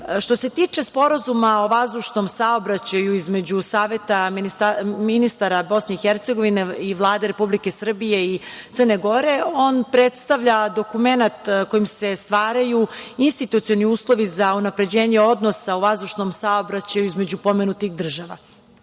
se tiče Sporazuma o vazdušnom saobraćaju između Saveta ministara BiH i Vlade Republike Srbije i Crne Gore, on predstavlja dokumenat kojim se stvaraju institucionalni uslovi za unapređenje odnosa u vazdušnom saobraćaju između pomenutih država.U